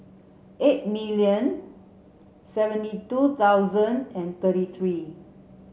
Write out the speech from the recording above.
eight million seventy two thousand and thirty three